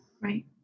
right